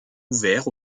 ouvert